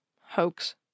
Hoax